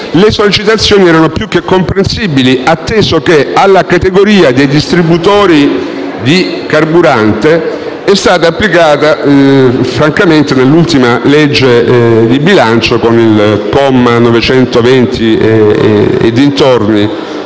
Le sollecitazioni erano più che comprensibili, atteso che alla categoria dei distributori di carburante è stato applicato nell'ultima legge di bilancio (con il comma 920 e dintorni